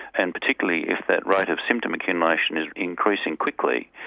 and particularly if that rate of symptom accumulation is increasing quickly,